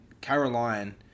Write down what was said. Caroline